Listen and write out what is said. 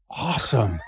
awesome